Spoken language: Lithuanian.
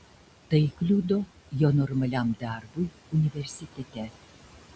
tai kliudo jo normaliam darbui universitete